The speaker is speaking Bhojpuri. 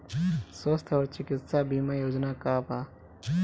स्वस्थ और चिकित्सा बीमा योजना का बा?